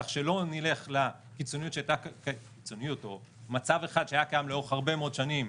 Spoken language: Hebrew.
כך שלא נלך לקיצוניות או למצב אחד שהיה קיים לאורך הרבה מאוד שנים,